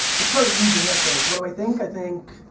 it's very easy answer. what do i think, i think,